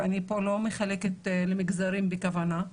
ואני פה לא מחלקת למגזרים בכוונה,